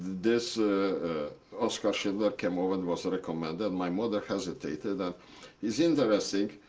this oskar schindler came over, and was ah recommended. my mother hesitated. ah is interesting,